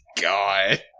God